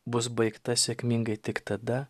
bus baigta sėkmingai tik tada